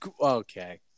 okay